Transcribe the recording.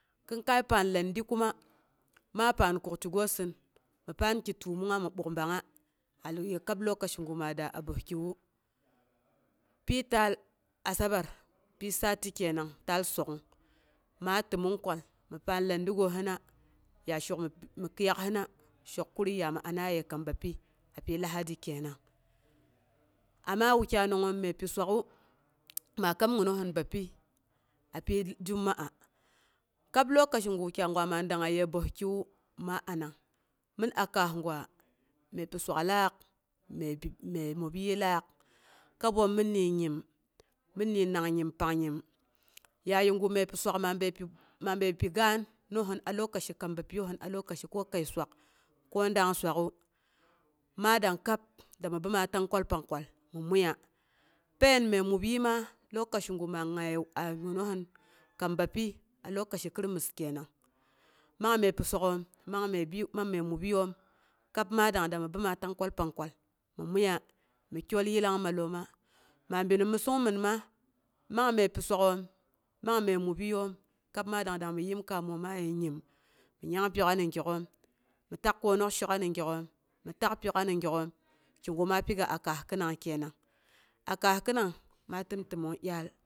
Kinkai paan landi kuma, maa paan kuktigusɨn, mi paan ki təomongnga mikbək ɓangnga a kab lokaci gu ma daa bəski wu. pyitaal asabar pyi sati kenang taal sok'ung ma təmong kwal mi paan landigosina, ya shik mi kiiyak hina shik kuru yami ana yə kam bapyi, a pyi lahadi kenang. Amma wukyai nangnga məi pi swak'u, maa kani ginohin bapyi apyi jumma'a, kab lokaci gu wukyai pang min dangnge yəbəskiwu, ma anang. Mɨn a kaas gwa məi pi swaklaak, məi mob yii laak, kaboom minni nyim, mɨnni pang nyim pang nyim. Yayigu məi pyi swak maa bəi pi ganosin a lokaci kam bapyiyosɨn, a lokaci kam bapyiyosɨn, a lokaci ko kəi swak ko dang swak'u ma dang kab dami bəoma tangkwal pangkwal mi muiya, pain məi mubyii ma lokaci gu ma ngaye a ginthin kam bapyi, a lokaci krimus kenang, man məi pi swak'oom man məi bi, mai mobyiiyoom kan maa dang dami bəoma tanguwal pangkwa dani yema takwal pangkwal mi muiya, mi kyol yillang malloma, maa bi məssong mɨnma, man məi swak'oom man məi mobyiiyoom kab ma dang dami yemkaamima yə nyim, mi nyangpyok'a ni gyak'oom, mi tak konok shik'a mi gyak'om, mi tan pyok'a nai gyak'oom, kigu ma piga a kaas khinangng kenang. A kaas a kaas khinang ma təm təomong dyaal.